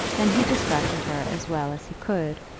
then he described to her as well as he could,